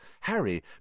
Harry